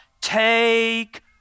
take